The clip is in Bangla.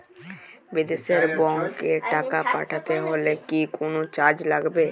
বিদেশের ব্যাংক এ টাকা পাঠাতে হলে কি কোনো চার্জ লাগবে?